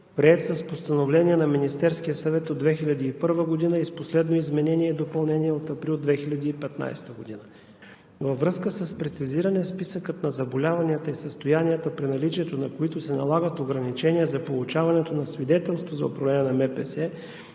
приет с постановление на Министерския съвет от 2001 г. и с последно изменение и допълнение от месец април 2015 г. Във връзка с прецизиране на Списъка на заболяванията и състоянията, при наличието на които се налагат ограничения за получаването на свидетелство за управление на МПС,